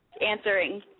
answering